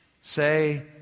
say